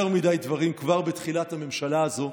יותר מדי דברים כבר בתחילת הממשלה הזו,